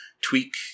tweak